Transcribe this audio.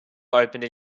opened